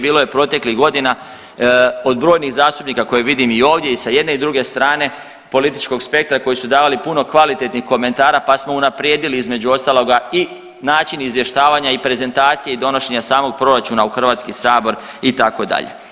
Bilo je proteklih godina od brojnih zastupnika koje vidim i ovdje i sa jedne i druge strane političkog spektra koji su davali puno kvalitetnih komentara, pa smo unaprijedili između ostaloga i način izvještavanja i prezentacije i donošenja samog proračuna u HS itd.